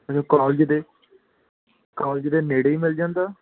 ਉਰੇ ਕਾਲਜ ਦੇ ਕੋਲਜ ਦੇ ਨੇੜੇ ਹੀ ਮਿਲ ਜਾਂਦਾ